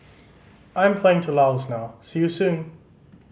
I'm flying to Laos now see you soon